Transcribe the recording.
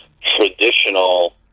traditional